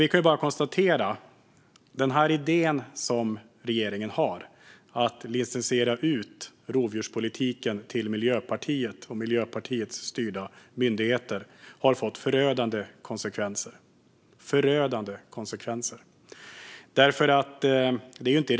Vi kan bara konstatera att regeringens idé att licensiera ut rovdjurspolitiken till Miljöpartiet och till myndigheter som är styrda av Miljöpartiet har fått förödande konsekvenser.